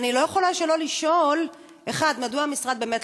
אבל אני לא יכולה שלא לשאול: 1. מדוע המשרד באמת